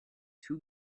two